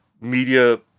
media